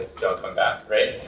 don't come back, right?